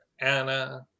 Anna